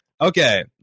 Okay